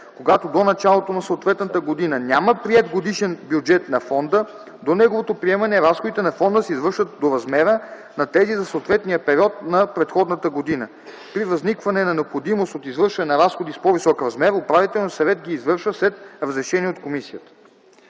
Когато до началото на съответната година няма приет годишен бюджет на фонда, до неговото приемане, разходите на фонда се извършват до размера на тези за съответния период на предходната година. При възникване на необходимост от извършване на разходи с по-висок размер, управителният съвет ги извършва след разрешение на комисията.”